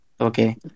Okay